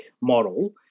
model